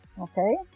okay